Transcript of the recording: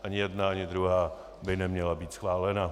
Ani jedna, ani druhá by neměla být schválena.